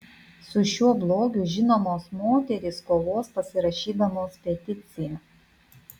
su šiuo blogiu žinomos moterys kovos pasirašydamos peticiją